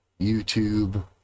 YouTube